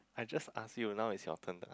I just ask you now is your turn to ask